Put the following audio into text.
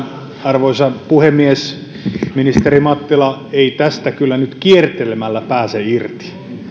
arvoisa puhemies ministeri mattila ei tästä kyllä nyt kiertelemällä pääse irti